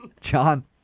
John